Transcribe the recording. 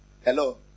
Hello